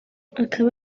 akaba